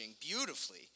beautifully